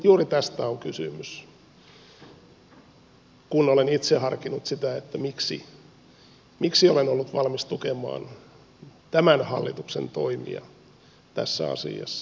juuri tästä on kysymys kun olen itse harkinnut sitä miksi olen ollut valmis tukemaan tämän hallituksen toimia tässä asiassa